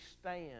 stand